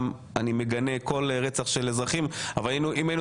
אני מגנה כל רצח של אזרחים אבל אם היינו